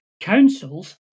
councils